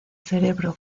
cerebro